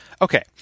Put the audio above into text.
Okay